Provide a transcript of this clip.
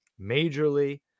majorly